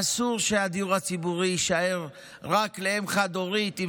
אסור שהדיור הציבורי יישאר רק לאם חד-הורית עם